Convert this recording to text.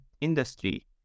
industry